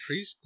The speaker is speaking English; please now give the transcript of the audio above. preschool